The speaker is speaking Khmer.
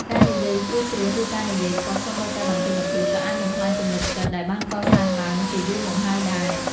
ការនិយាយត្រួសៗ ឬការនិយាយខុសសូម្បីតែបន្តិចបន្តួច ក៏អាចបំផ្លាញទំនុកចិត្តដែលបានកសាងឡើងជាយូរមកហើយដែរ។